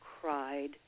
cried